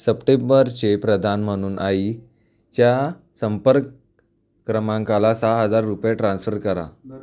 सप्टेंबरचे प्रदान म्हणून आईच्या संपर्क क्रमांकाला सहा हजार रुपये ट्रान्स्फर करा